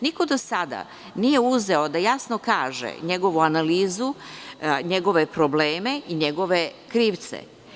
Niko do sada nije uzeo da jasno kaže njegovu analizu, njegove probleme i njegove krivce.